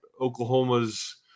Oklahoma's